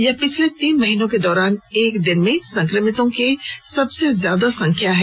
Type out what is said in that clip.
यह पिछले तीन महीनों के दौरान एक दिन में संक्रमितों की सबसे ज्यादा संख्या है